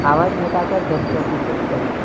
आवाज़ घटाकर दस प्रतिशत करो